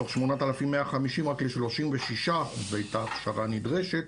מתוך 8,150 רק ל-36% הייתה הכשרה נדרשת,